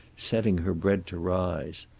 setting her bread to rise.